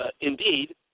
indeed